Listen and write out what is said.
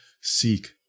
seek